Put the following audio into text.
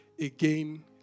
Again